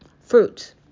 fruits